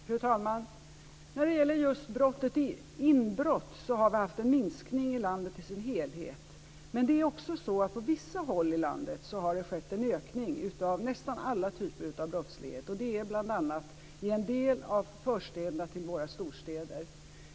Fru talman! När det gäller just brottet inbrott har vi haft en minskning i landet i sin helhet. Men det är också så att det på vissa håll i landet har skett en ökning av nästan alla typer av brottslighet. Det gäller bl.a. i en del av förstäderna till våra storstäder.